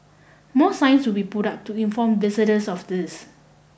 more signs will be put up to inform visitors of this